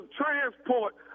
transport